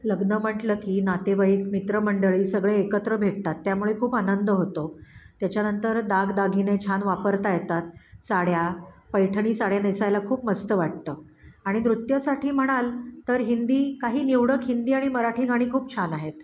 लग्न म्हटलं की नातेवाईक मित्रमंडळी सगळे एकत्र भेटतात त्यामुळे खूप आनंद होतो त्याच्या नंतर दागदागिने छान वापरता येतात साड्या पैठणी साड्या नेसायला खूप मस्त वाटतं आणि नृत्यासाठी म्हणाल तर हिंदी काही निवडक हिंदी आणि मराठी गाणी खूप छान आहेत